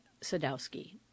Sadowski